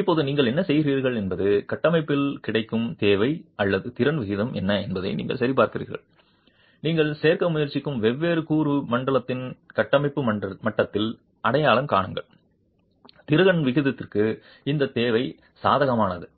இப்போது நீங்கள் என்ன செய்கிறீர்கள் என்பது கட்டமைப்பில் கிடைக்கும் தேவை அல்லது திறன் விகிதம் என்ன என்பதை நீங்கள் சரிபார்க்கிறீர்கள் நீங்கள் சேர்க்க முயற்சிக்கும் வெவ்வேறு கூறு மட்டத்தில் கட்டமைப்பு மட்டத்தில் அடையாளம் காணுங்கள் திறன் விகிதத்திற்கு இந்த தேவை சாதகமானதா